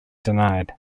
denied